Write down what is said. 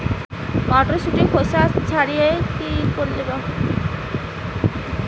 মটরশুটির খোসা ছাড়িয়ে বিক্রি করলে বাজারে কী বেশী দাম পাওয়া যেতে পারে?